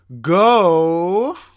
go